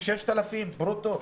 6,000 ברוטו,